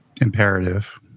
Imperative